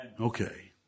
Okay